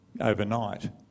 overnight